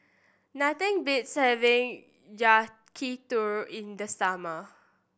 nothing beats having Yakitori in the summer